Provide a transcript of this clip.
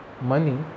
money